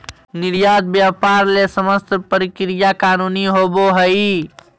निर्यात व्यापार ले समस्त प्रक्रिया कानूनी होबो हइ